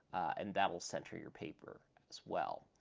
and that will center your paper, as well.